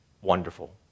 wonderful